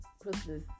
Christmas